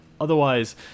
otherwise